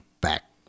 back